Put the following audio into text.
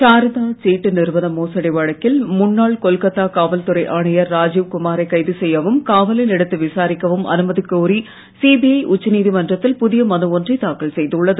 சாரதா சீட்டு நிறுவன மோசடி வழக்கில் முன்னாள் கொல்கொத்தா காவல்துறை ஆணையர் ராஜீவ் குமா ரை கைது செய்யவும் காவலில் எடுத்து விசாரிக்கவும் அனுமதி கோரி சிபிஐ உச்ச நீதிமன்றத்தில் புதிய மனு ஒன்றை தாக்கல் செய்துள்ளது